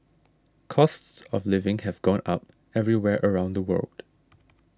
costs of living have gone up everywhere around the world